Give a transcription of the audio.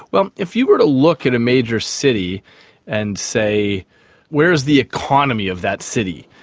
well, if you were to look at a major city and say where is the economy of that city,